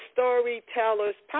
Storytellers